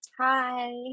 Hi